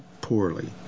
poorly